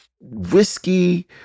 whiskey